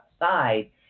outside